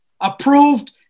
approved